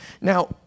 Now